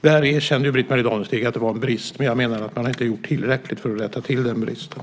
Där erkänner Britt-Marie Danestig att det var en brist, men jag menar att man inte har gjort tillräckligt för att rätta till den bristen.